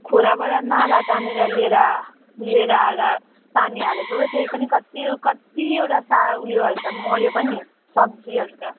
खोलाबाट नाला तानेर लिएर लिएर आएर पानी हालेको त्यही पनि कति कतिवटा सा उयोहरू त मऱ्यो पनि सब्जीहरू त